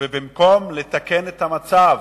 במקום לתקן את המצב,